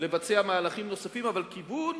לבצע מהלכים נוספים, אבל כיוון